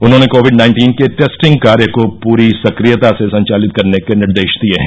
उन्होंने Covid nineteen के testing कार्य को पूरी सक्रियता से संचालित करने के निर्देश दिये हैं